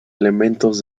elementos